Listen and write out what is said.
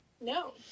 No